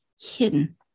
hidden